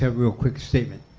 ah real quick statement.